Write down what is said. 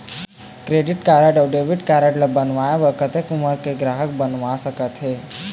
Credit card अऊ debit card ला बनवाए बर कतक उमर के ग्राहक बनवा सका थे?